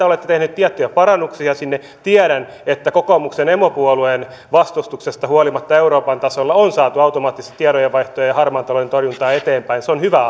olette tehneet tiettyjä parannuksia sinne tiedän että kokoomuksen emopuolueen vastustuksesta huolimatta euroopan tasolla on saatu automaattista tietojenvaihtoa ja ja harmaan talouden torjuntaa eteenpäin se on hyvä